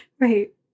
Right